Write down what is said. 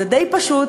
זה די פשוט,